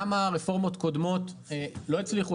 למה הרפורמות הקודמות לא הצליחו,